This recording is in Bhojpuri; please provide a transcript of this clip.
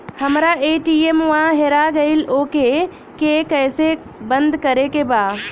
हमरा ए.टी.एम वा हेरा गइल ओ के के कैसे बंद करे के बा?